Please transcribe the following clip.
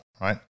right